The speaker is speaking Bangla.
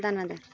দানাদার